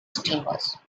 steamers